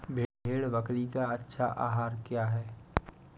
भेड़ बकरी का अच्छा आहार क्या है?